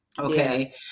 okay